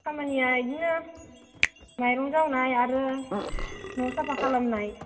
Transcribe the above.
खामानिया इदिनो माइरं जावनाय आरो न' साफा खालामनाय